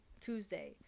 tuesday